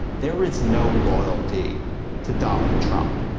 there is no loyalty to donald trump.